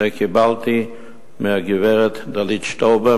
את זה קיבלתי מגברת דלית שטאובר,